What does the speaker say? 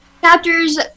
chapters